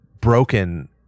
broken